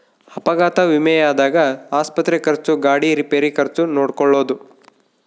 ಅಪಘಾತ ವಿಮೆದಾಗ ಆಸ್ಪತ್ರೆ ಖರ್ಚು ಗಾಡಿ ರಿಪೇರಿ ಖರ್ಚು ನೋಡ್ಕೊಳೊದು